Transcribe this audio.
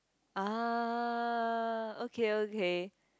ah okay okay